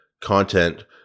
content